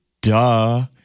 duh